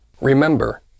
Remember